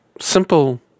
simple